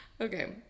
Okay